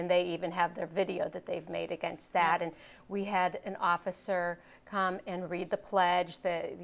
and they even have their video that they've made against that and we had an officer come and read the pledge th